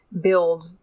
build